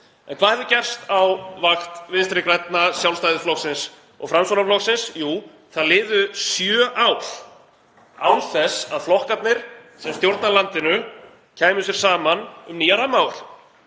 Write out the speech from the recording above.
En hvað hefur gerst á vakt Vinstri grænna, Sjálfstæðisflokksins og Framsóknarflokksins? Jú, það liðu sjö ár án þess að flokkarnir sem stjórna landinu kæmu sér saman um nýjan